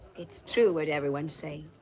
it's true what everyone's saying.